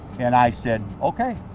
and i said, okay,